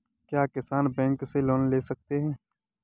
क्या किसान बैंक से लोन ले सकते हैं?